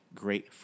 great